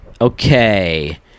Okay